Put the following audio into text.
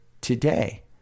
Today